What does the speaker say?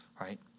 right